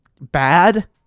bad